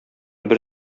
бер